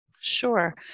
Sure